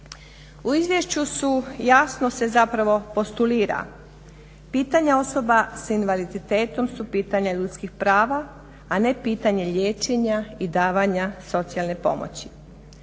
U izvješću se jasno postulira pitanje osoba s invaliditetom su pitanja ljudskih prava, a ne pitanja liječenja i davanja socijalne pomoći.